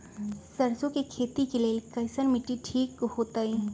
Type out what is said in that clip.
सरसों के खेती के लेल कईसन मिट्टी ठीक हो ताई?